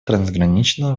трансграничного